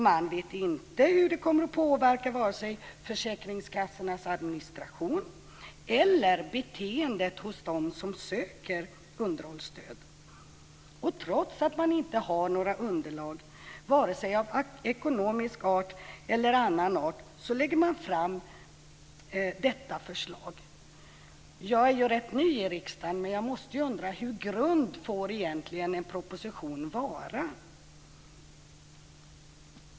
Man vet inte hur det kommer att påverka försäkringskassornas administration eller beteendet hos dem som söker underhållsstöd. Trots att man inte har några underlag vare sig av ekonomisk art eller annan art lägger regeringen fram detta förslag. Jag är rätt ny i riksdagen, men jag undrar: Hur grund får egentligen en proposition vara?